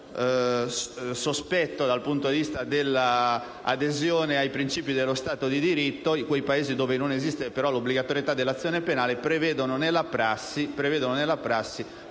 sospetti dal punto di vista dell'adesione ai principi dello Stato di diritto, nei quali però non esiste l'obbligatorietà dell'azione penale, prevedono nella prassi